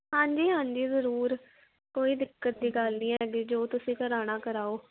ਹਾਂਜੀ ਹਾਂਜੀ ਜ਼ਰੂਰ ਕੋਈ ਦਿੱਕਤ ਦੀ ਗੱਲ ਨਹੀਂ ਹੈਗੀ ਜੋ ਤੁਸੀਂ ਕਰਾਉਣਾ ਕਰਾਓ